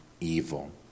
evil